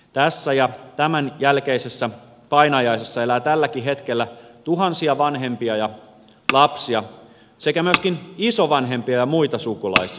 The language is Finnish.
tässä ja tämän jälkeisessä painajaisessa elää tälläkin hetkellä tuhansia vanhempia ja lapsia sekä isovanhempia ja muita sukulaisia